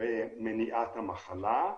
במניעת המחלה.